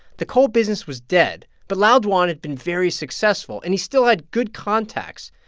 the coal business was dead, but lao dwan had been very successful and he still had good contacts.